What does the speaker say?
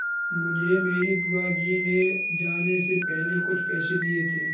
मुझे मेरी बुआ जी ने जाने से पहले कुछ पैसे दिए थे